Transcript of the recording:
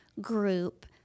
group